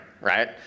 right